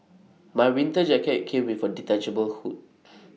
my winter jacket came with A detachable hood